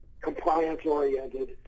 compliance-oriented